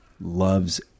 loves